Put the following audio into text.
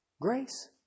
grace